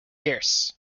years